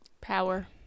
Power